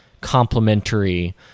complementary